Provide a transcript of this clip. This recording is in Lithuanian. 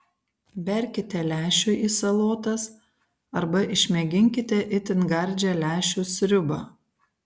berkite lęšių į salotas arba išmėginkite itin gardžią lęšių sriubą